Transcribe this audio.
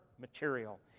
material